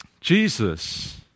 Jesus